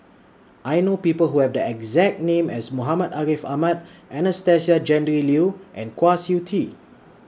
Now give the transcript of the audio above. I know People Who Have The exact name as Muhammad Ariff Ahmad Anastasia Tjendri Liew and Kwa Siew Tee